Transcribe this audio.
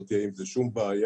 לא תהיה עם זה שום בעיה.